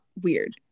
weird